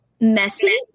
messy